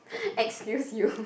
excuse you